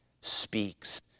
speaks